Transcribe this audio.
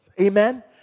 Amen